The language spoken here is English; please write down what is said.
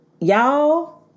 y'all